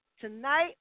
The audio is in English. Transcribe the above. tonight